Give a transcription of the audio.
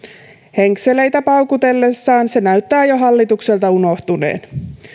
henkseleitä paukutellessa se näyttää jo hallitukselta unohtuneen